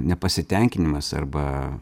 nepasitenkinimas arba